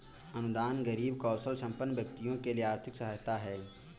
अनुदान गरीब कौशलसंपन्न व्यक्तियों के लिए आर्थिक सहायता है